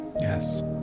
Yes